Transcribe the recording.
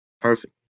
Perfect